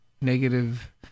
negative